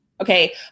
Okay